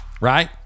Right